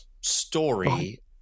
story